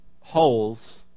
holes